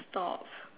thoughts